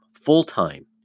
full-time